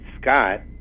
scott